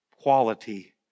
quality